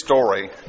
story